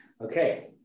Okay